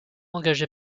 engagé